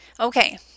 Okay